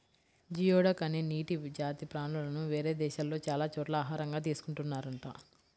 geoduck అనే నీటి జాతి ప్రాణులను వేరే దేశాల్లో చాలా చోట్ల ఆహారంగా తీసుకున్తున్నారంట